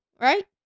right